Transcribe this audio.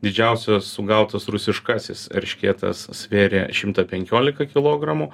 didžiausias sugautas rusiškasis eršketas svėrė šimtą penkiolika kilogramų